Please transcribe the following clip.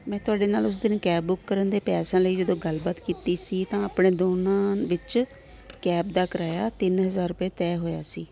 ਮੈਂ ਤੁਹਾਡੇ ਨਾਲ ਉਸ ਦਿਨ ਕੈਬ ਬੁੱਕ ਕਰਨ ਦੇ ਪੈਸਿਆਂ ਲਈ ਜਦੋਂ ਗੱਲਬਾਤ ਕੀਤੀ ਸੀ ਤਾਂ ਆਪਣੇ ਦੋਨਾਂ ਵਿੱਚ ਕੈਬ ਦਾ ਕਿਰਾਇਆ ਤਿੰਨ ਹਜ਼ਾਰ ਰੁਪਏ ਤੈਅ ਹੋਇਆ ਸੀ